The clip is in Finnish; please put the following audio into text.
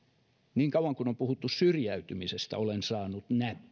niin kauan kuin on puhuttu syrjäytymisestä olen saanut näppylöitä